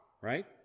right